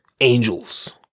angels